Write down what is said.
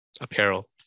Apparel